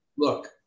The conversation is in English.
Look